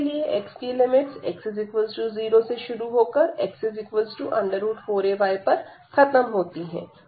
तो इसके लिएx की लिमिट्स x0 से शुरू होकर x 4ay पर खत्म होती है